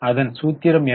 அதன் சூத்திரம் என்ன